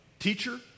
teacher